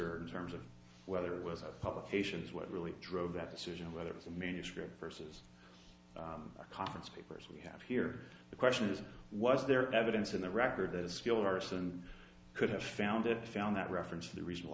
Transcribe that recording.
lister terms of whether it was our publications what really drove that decision whether it was a manuscript versus a conference of papers we have here the question is was there evidence in the record that a skilled person could have found it found that reference to the original